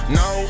no